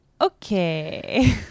Okay